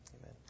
Amen